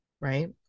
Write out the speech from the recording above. right